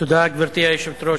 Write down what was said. גברתי היושבת-ראש,